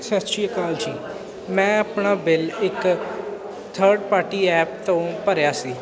ਸਤਿ ਸ਼੍ਰੀ ਅਕਾਲ ਜੀ ਮੈਂ ਆਪਣਾ ਬਿੱਲ ਇੱਕ ਥਰਡ ਪਾਰਟੀ ਐਪ ਤੋਂ ਭਰਿਆ ਸੀ